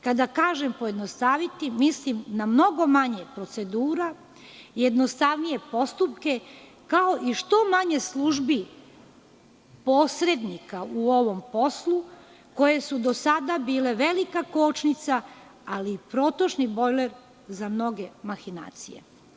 Kada kažem pojednostaviti, mislim na mnogo manje procedura, jednostavnije postupke, kao i što manje službi posrednika u ovom poslu, koje su do sada bile velika kočnica, ali i protočni bojler za mnoge mahinacije.